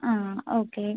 ആ ഓക്കേ